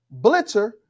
blitzer